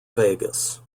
vegas